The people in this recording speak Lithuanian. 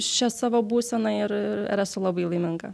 šia savo būsena ir ir esu labai laiminga